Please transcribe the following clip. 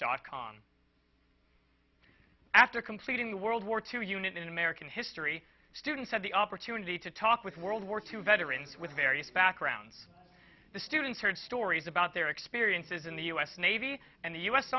dot com after completing the world war two unit in american history students had the opportunity to talk with world war two veterans with various backgrounds the students heard stories about their experiences in the u s navy and the u s